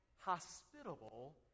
hospitable